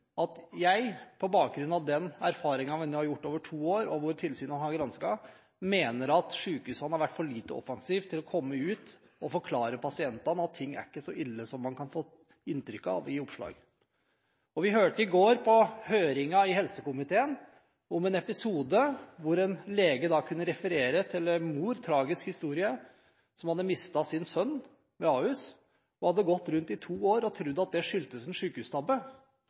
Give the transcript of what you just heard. at jeg på bakgrunn av den erfaringen man har gjort over to år, og der tilsynet har gransket, mener at sykehusene har vært for lite offensive med hensyn til å komme ut og forklare pasientene at ting ikke er så ille som man kan få inntrykk av i oppslag. Vi hørte i går på høringen i helsekomiteen om en episode der en lege kunne referere til en mor som hadde mistet sin sønn ved Ahus – en tragisk historie – og som hadde gått rundt i to år og trodd at det skyldtes en sykehustabbe.